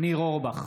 ניר אורבך,